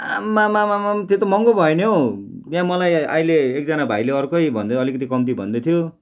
आम्मामामाम् त्यो त महँगो भयो नि हौ यहाँ मलाई अहिले एकजना भाइले अर्कै भन्यो अलिकति कम्ती भन्दैथ्यो